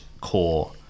core